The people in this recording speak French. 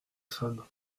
femme